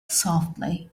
softly